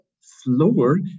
slower